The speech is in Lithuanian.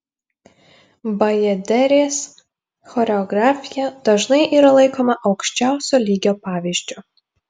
bajaderės choreografija dažnai yra laikoma aukščiausio lygio pavyzdžiu